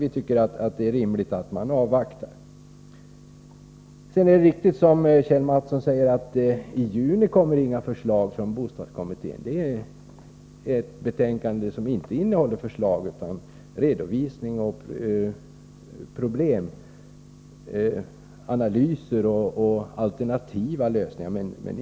Vi tycker att det är rimligt att avvakta. Det är riktigt, som Kjell Mattsson säger, att det inte kommer några förslag från bostadskommittén i juni. Dess betänkande innehåller inte förslag, utan redovisning av problemanalyser och alternativa lösningar.